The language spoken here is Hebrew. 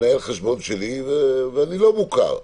מנהל חשבון שלי, ואני לא מוכר,